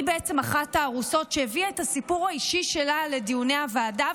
היא בעצם אחת הארוסות שהביאה את הסיפור האישי שלה לדיוני הוועדה,